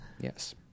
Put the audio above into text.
Yes